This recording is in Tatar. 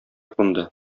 кунды